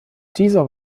dieser